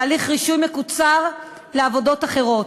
והליך רישוי מקוצר לעבודות אחרות.